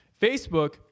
Facebook